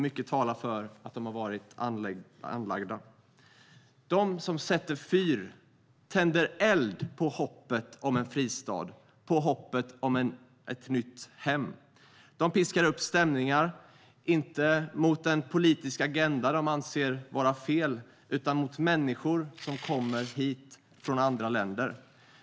Mycket talar för att bränderna har varit anlagda. De som sätter fyr, tänder eld, på hoppet om en fristad, på hoppet om ett nytt hem, piskar upp stämningar inte mot den politiska agenda de anser vara fel utan mot människor som kommer hit från andra länder.